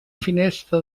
finestra